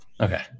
Okay